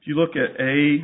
you look at a